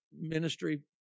ministry